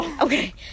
okay